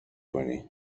کنی